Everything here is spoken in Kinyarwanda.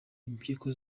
impyiko